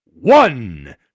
one